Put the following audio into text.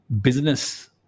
business